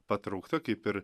patraukta kaip ir